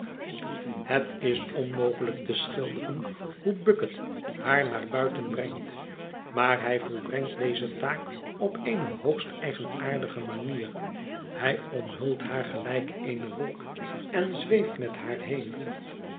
het is onmogelijk te schilderen hoe bucket haar naar buiten brengt maar hij volbrengt deze taak op eene hoogst eigenaardige manier hij omhult haar gelijk eene wolk en zweeft met haar heen